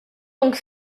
donc